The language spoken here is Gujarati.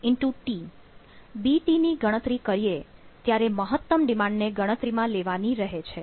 BT ની ગણતરી કરીએ ત્યારે મહત્તમ ડિમાન્ડને ગણતરીમાં લેવાની રહે છે